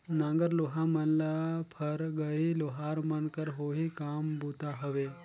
नांगर लोहा मन ल फरगई लोहार मन कर ओही काम बूता हवे